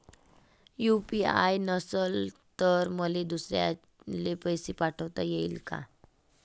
UPI नसल तर मले दुसऱ्याले पैसे पाठोता येईन का?